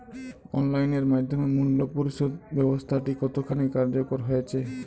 Online এর মাধ্যমে মূল্য পরিশোধ ব্যাবস্থাটি কতখানি কার্যকর হয়েচে?